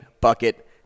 bucket